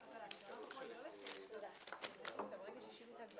ההצעה כפי שהקריא היועמ"ש נתקבלה.